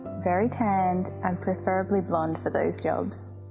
very tanned, and preferably blonde for those jobs.